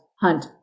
hunt